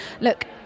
look